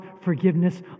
forgiveness